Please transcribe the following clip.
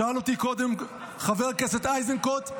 שאל אותי קודם חבר הכנסת איזנקוט,